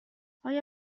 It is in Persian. آیا